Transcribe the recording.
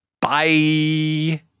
Bye